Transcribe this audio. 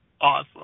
Awesome